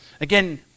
Again